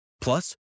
Plus